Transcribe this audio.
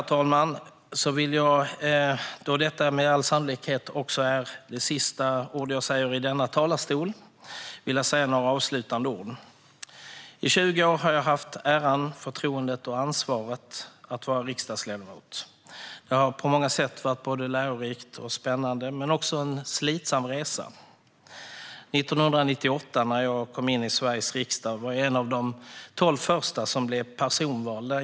Med det sagt vill jag, då detta med all sannolikhet är de sista ord jag säger i denna talarstol, säga några avslutande ord. I 20 år har jag haft äran, förtroendet och ansvaret att vara riksdagsledamot. Det har på många sätt varit både lärorikt och spännande, men det har också varit en slitsam resa. År 1998, när jag kom in i Sveriges riksdag, var jag en av de tolv första som blev personvalda.